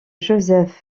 joseph